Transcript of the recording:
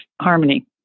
harmony